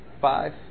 Five